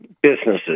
businesses